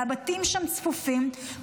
והבתים שם צפופים,